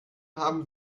haben